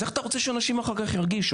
אז איך אתה רוצה שאנשים אחר כך ירגישו?